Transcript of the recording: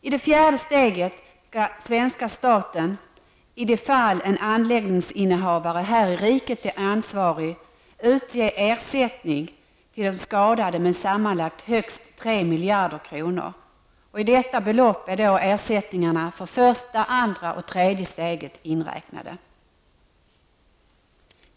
I det fjärde steget skall svenska staten, i de fall en anläggningsinnehavare här i riket är ansvarig, utge ersättning till de skadade med sammanlagt högst 3 miljarder kronor. I detta belopp är ersättningarna för första, andra och tredje steget inräknade.